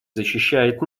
защищает